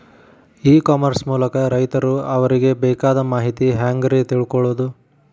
E commerce ಮೂಲಕ ರೈತರು ಅವರಿಗೆ ಬೇಕಾದ ಮಾಹಿತಿ ಹ್ಯಾಂಗ ರೇ ತಿಳ್ಕೊಳೋದು?